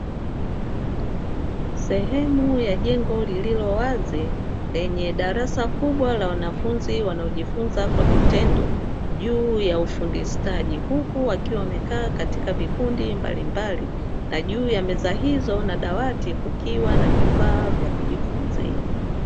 Sehemu ya jengo lililo wazi, lenye darasa kubwa la wanafunzi wanaojifunza kwa vitendo juu ya ufundi stadi, huku wakiwa wamekaa katika vikundi mbalimbali na juu ya meza hizo na dawati kukiwa na vifaa vya kujifunzia.